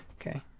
Okay